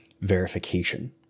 verification